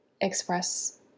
express